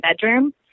bedroom